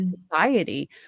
society